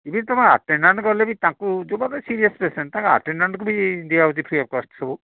ଏମିତି ତୁମ ଆଟେଣ୍ଡାଟ୍ ଗଲେ ବି ତାଙ୍କୁ ଯେଉଁମାନେ ସିରିୟସ୍ ପେସେଣ୍ଟ ତାଙ୍କ ଆଟେଣ୍ଡାଟ୍କୁ ବି ଦିଆହେଉଛି ଫ୍ରୀ ଅଫ୍ କଷ୍ଟ